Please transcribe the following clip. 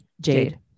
jade